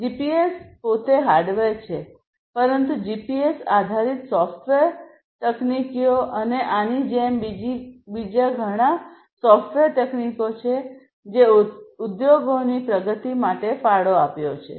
GPS પોતે hardware છે પરંતુ જીપીએસ આધારિત સોફ્ટવેર તકનીકીઓ અને આની જેમ બીજી ઘણી સોફ્ટવેર તકનીકો છે જે ઉદ્યોગોની પ્રગતિ માટે ફાળો આપ્યો છે